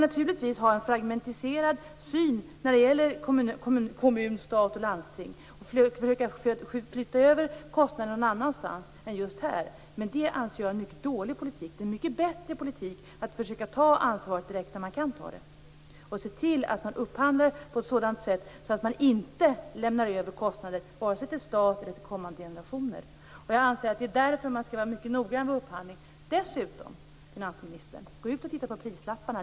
Naturligtvis kan man ha en fragmentiserad syn när det gäller kommun, stat och landsting och försöka flytta över kostnader någon annanstans än just hit. Jag anser dock att det är en mycket dålig politik. Det är en mycket bättre politik att försöka ta ansvaret direkt när man kan ta det och att se till att man upphandlar på ett sådant sätt att man inte lämnar över kostnader vare sig till stat eller till kommande generationer. Jag anser att man därför skall vara mycket noggrann vid upphandling. Dessutom, finansministern: Gå ut och titta på prislapparna!